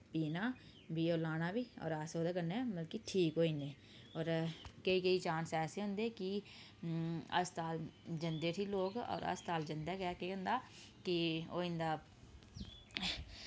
पीना फ्ही ओह् लाना बी होर अस ओह्दे कन्नै मतलब कि ठीक होई जन्ने होर केईं केईं चांस ऐसे होंदे कि हस्पताल जंदे उठी लोग हस्पताल जंदे गै केह् होंदा केह् होई जंदा